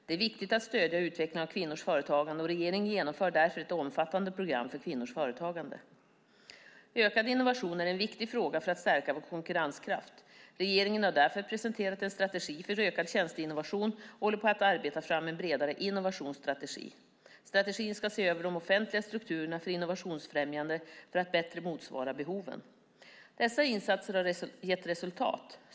Det är viktigt att stödja utvecklingen av kvinnors företagande, och regeringen genomför därför ett omfattande program för kvinnors företagande. Ökad innovation är en viktig fråga för att stärka vår konkurrenskraft. Regeringen har därför presenterat en strategi för ökad tjänsteinnovation och håller på att arbeta fram en bredare innovationsstrategi. Strategin ska se över de offentliga strukturerna för innovationsfrämjande för att bättre motsvara behoven. Dessa insatser har gett resultat.